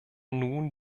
nun